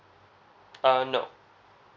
uh no